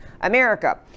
America